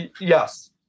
yes